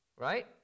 right